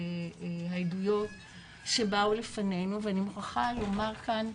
העדויות שבאו לפנינו ואני מוכרחה לומר כאן,